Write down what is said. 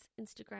Instagram